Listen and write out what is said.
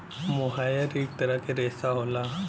मोहायर इक तरह क रेशा होला